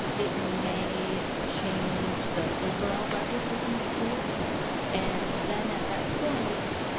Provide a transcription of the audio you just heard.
it may change the overall budgets of these schools and then at that point,